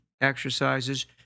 exercises